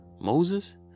Moses